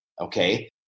okay